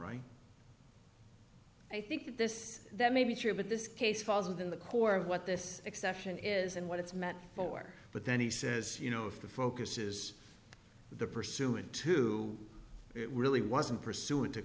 right i think that this that may be true but this case falls within the core of what this exception is and what it's meant for but then he says you know if the focus is the pursuant to it really wasn't pursu